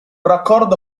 raccordo